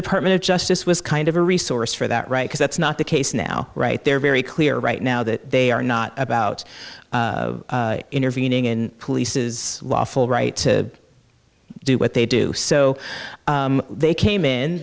department of justice was kind of a resource for that right because that's not the case now right they're very clear right now that they are not about intervening in police's lawful right to do what they do so they came in